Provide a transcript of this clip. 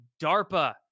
DARPA